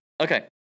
Okay